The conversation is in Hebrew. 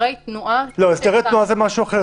הסדרי תנועה --- לא, הסדרי תנועה זה משהו אחר.